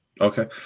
Okay